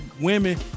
women